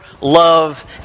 love